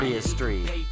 Street